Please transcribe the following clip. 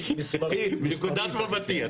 מנקודת מבטי.